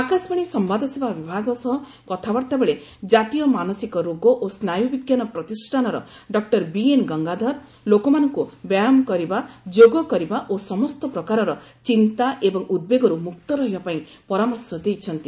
ଆକାଶବାଣୀ ସମ୍ଭାଦସେବା ବିଭାଗ ସହ କଥାବାର୍ତ୍ତାବେଳେ ଜାତୀୟ ମାନସିକ ରୋଗ ଓ ସ୍ନାୟୁ ବିଜ୍ଞାନ ପ୍ରତିଷ୍ଠାନର ଡକ୍ଟର ବିଏନ୍ ଗଙ୍ଗାଧର ଲୋକମାନଙ୍କୁ ବ୍ୟାୟାମ କରିବା ଯୋଗ କରିବା ଓ ସମସ୍ତ ପ୍ରକାରର ଚିନ୍ତା ଏବଂ ଉଦ୍ବେଗରୁ ମୁକ୍ତ ରହିବାପାଇଁ ପରାମର୍ଶ ଦେଇଛନ୍ତି